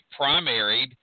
primaried